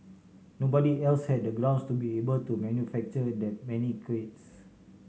nobody else had the grounds to be able to manufacture that many crates